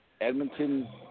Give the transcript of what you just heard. Edmonton